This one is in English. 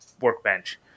workbench